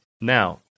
Now